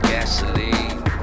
Gasoline